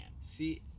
See